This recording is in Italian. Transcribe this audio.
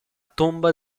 tomba